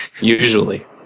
Usually